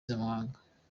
z’amahanga